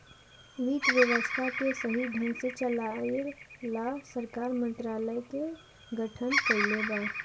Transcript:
वित्त व्यवस्था के सही ढंग से चलाये ला सरकार मंत्रालय के गठन कइले बा